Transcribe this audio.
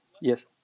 Yes